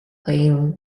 playing